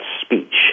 speech